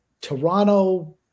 Toronto